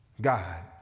God